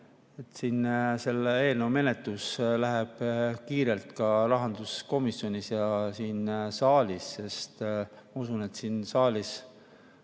et selle eelnõu menetlus läheb kiirelt ka rahanduskomisjonis ja siin saalis, sest siin saalis